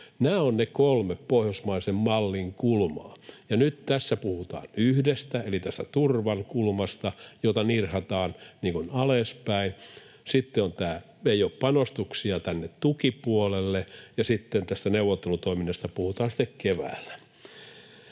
Nämä ovat ne kolme pohjoismaisen mallin kulmaa, ja nyt tässä puhutaan yhdestä eli tästä turvan kulmasta, jota nirhataan alaspäin. Sitten ei ole panostuksia tänne tukipuolelle, ja sitten tästä neuvottelutoiminnasta puhutaan keväällä.